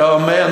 שאומר,